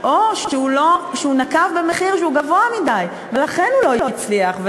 או שהוא נקב במחיר שהוא גבוה מדי ולכן הוא לא הצליח,